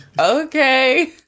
Okay